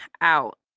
out